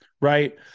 right